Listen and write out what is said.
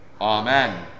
Amen